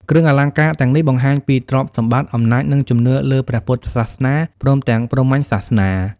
គ្រឿងអលង្ការទាំងនេះ បង្ហាញពីទ្រព្យសម្បត្តិ អំណាច និងជំនឿលើព្រះពុទ្ធសាសនា ព្រមទាំងព្រហ្មញ្ញសាសនា។